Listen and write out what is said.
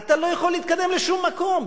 אתה לא יכול להתקדם לשום מקום.